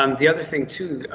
um the other thing too,